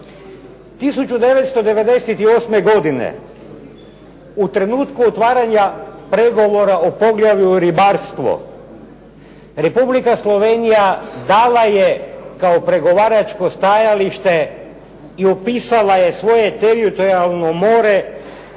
1998. godine u trenutku otvaranja pregovora o poglavlju ribarstvo Republika Slovenija dala je kao pregovaračko stajalište i upisala je svoje teritorijalno more